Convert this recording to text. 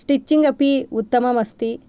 stitching अपि उत्तमम् अस्ति